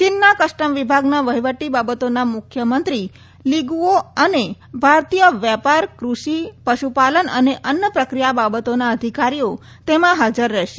ચીનના કસ્ટમ વિભાગના વહિવટી બાબતોના નાયબ મંત્રી લીગુઓ અને ભારતીય વેપાર કૃષિ પશુપાલન અને અન્ન પ્રક્રિયા બાબતોના અધિકારીઓ તેમાં હાજર રહેશે